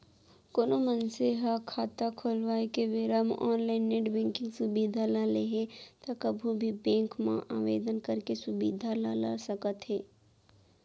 कोनो मनसे ह खाता खोलवाए के बेरा म ऑनलाइन नेट बेंकिंग सुबिधा ल नइ लेहे त कभू भी बेंक म आवेदन करके सुबिधा ल ल सकत हे